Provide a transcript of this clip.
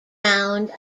ground